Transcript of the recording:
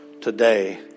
today